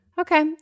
Okay